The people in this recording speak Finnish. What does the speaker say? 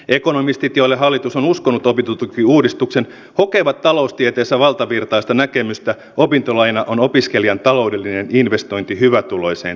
ekonomistit joille hallitus on uskonut opintotukiuudistuksen hokevat taloustieteessä valtavirtaista näkemystä opintolaina on opiskelijan taloudellinen investointi hyvätuloiseen tulevaisuuteen